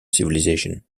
civilization